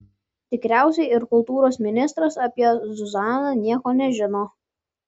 tikriausiai ir kultūros ministras apie zuzaną nieko nežino